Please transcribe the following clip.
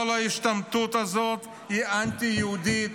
כל ההשתמטות הזאת היא אנטי-יהודית,